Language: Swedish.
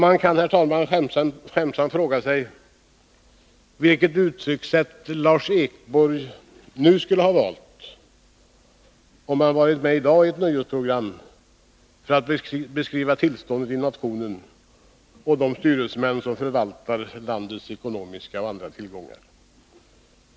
Man kan, herr talman, skämtsamt fråga sig vilka uttryckssätt Lars Ekborg skulle ha valt om han varit med i dag för att i ett nöjesprogram beskriva tillståndet i nationen och de styresmän som nu förvaltar landets ekonomiska och andra tillgångar.